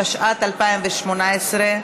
התשע"ט 2018,